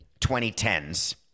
2010s